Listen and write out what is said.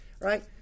Right